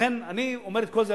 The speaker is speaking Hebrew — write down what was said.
ולכן אני אומר את כל זה,